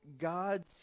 God's